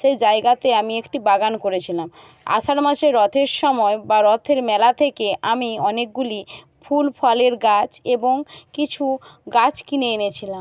সেই জায়গাতে আমি একটি বাগান করেছিলাম আষাঢ় মাসে রথের সময় বা রথের মেলা থেকে আমি অনেকগুলি ফুল ফলের গাছ এবং কিছু গাছ কিনে এনেছিলাম